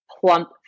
plump